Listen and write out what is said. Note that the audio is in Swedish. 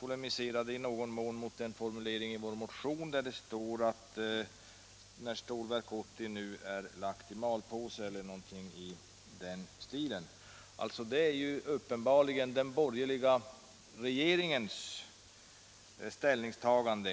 polemiserade i någon mån mot en formulering i vår motion om att Stålverk 80 nu är lagd i malpåse, eller någonting i den stilen. Men detta är uppenbarligen den borgerliga regeringens ställningstagande.